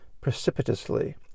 precipitously